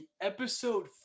episode